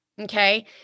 Okay